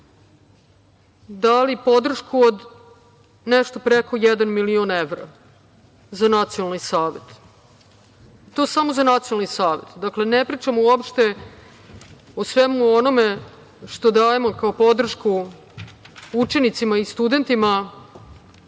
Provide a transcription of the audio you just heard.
dali podršku od nešto od preko jedan milion evra za nacionalni savet. To samo za nacionalni savet, dakle, ne pričamo uopšte o svemu onome što dajemo kao podršku učenicima i studentima